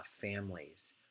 families